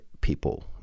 people